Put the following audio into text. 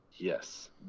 Yes